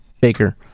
baker